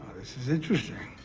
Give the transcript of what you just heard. this is interesting.